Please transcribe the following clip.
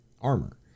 armor